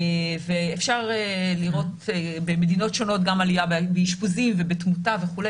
אפשר לראות במדינות שונות גם עלייה באשפוזים ובתמותה וכו',